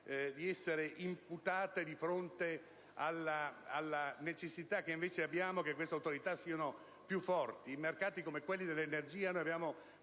di essere imputate, di fronte alla necessità che invece abbiamo che siano più forti. In mercati come quelli dell'energia abbiamo